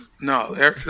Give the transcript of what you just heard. No